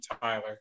Tyler